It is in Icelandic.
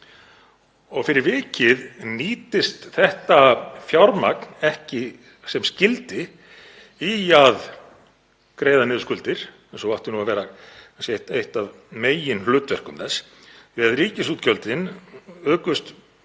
Fyrir vikið nýtist þetta fjármagn ekki sem skyldi í að greiða niður skuldir eins og átti að vera eitt af meginhlutverkum þess. Ríkisútgjöldin jukust